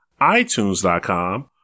iTunes.com